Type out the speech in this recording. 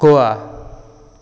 গোৱা